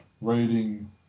reading